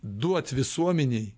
duot visuomenei